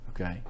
okay